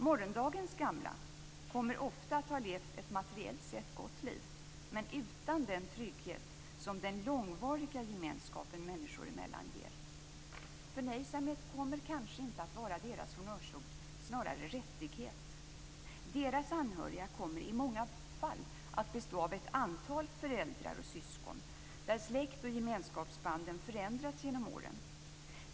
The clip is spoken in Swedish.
Morgondagens gamla kommer ofta att ha levt ett materiellt sett gott liv men utan den trygghet som den långvariga gemenskapen människor emellan ger. Förnöjsamhet kommer kanske inte att vara deras honnörsord - snarare rättighet. Deras anhöriga kommer i många fall att bestå av ett antal föräldrar och syskon där släkt och gemenskapsbanden förändrats genom åren.